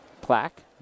plaque